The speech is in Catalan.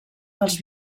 dels